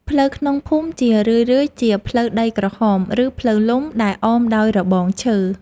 ផ្លូវក្នុងភូមិជារឿយៗជាផ្លូវដីក្រហម ឬផ្លូវលំដែលអមដោយរបងឈើ។